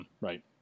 Right